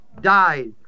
Died